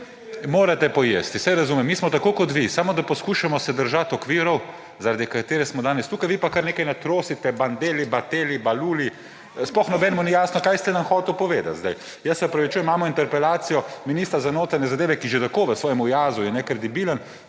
Morate pojesti, saj razumem. Mi smo tako kot vi, samo da se poskušamo držati okvirov, zaradi katerih smo danes tukaj, vi pa kar nekaj natrosite – Bandelli, Battelli, Baluli, sploh nikomur ni jasno, kaj ste nam hoteli povedati zdaj. Jaz se opravičujem, imamo interpelacijo ministra za notranje zadeve, ki že tako v svojem jazu je nekredibilen,